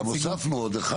וגם הוספנו עוד אחד.